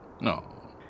no